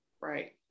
Right